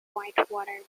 whitewater